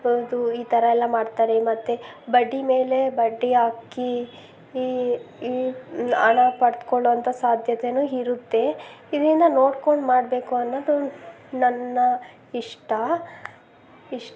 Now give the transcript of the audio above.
ಅದು ಈ ಥರ ಎಲ್ಲ ಮಾಡ್ತಾರೆ ಮತ್ತು ಬಡ್ಡಿ ಮೇಲೆ ಬಡ್ಡಿ ಹಾಕಿ ಈ ಈ ಹಣ ಪಡ್ಕೊಳ್ಳೋಂಥ ಸಾಧ್ಯತೇನು ಇರುತ್ತೆ ಇದರಿಂದ ನೋಡ್ಕೊಂಡು ಮಾಡಬೇಕು ಅನ್ನೋದು ನನ್ನ ಇಷ್ಟ ಇಷ್ಟು